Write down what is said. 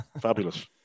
fabulous